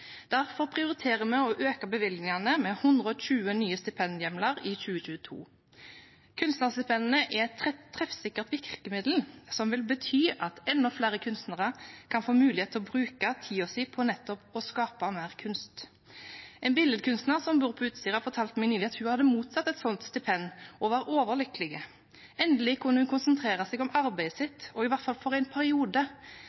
Derfor prioriterer vi å øke bevilgningene med 120 nye stipendhjemler i 2022. Kunstnerstipendene er et treffsikkert virkemiddel som vil bety at enda flere kunstnere kan få mulighet til å bruke tiden sin på nettopp å skape mer kunst. En billedkunstner som bor på Utsira, fortalte meg nylig at hun hadde mottatt et sånt stipend, og hun var overlykkelig. Endelig kunne hun konsentrere seg om arbeidet